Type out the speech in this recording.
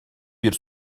bir